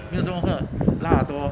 没有做功课拉耳朵